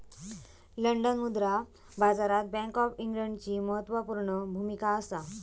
London मुद्रा बाजारात bank of इंग्लंडची म्हत्त्वापूर्ण भुमिका असा